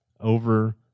over